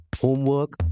homework